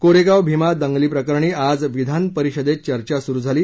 कोरेगाव भिमा दंगलीप्रकरणी आज विधान परिषदेत चर्चा सुरु झाली